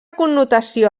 connotació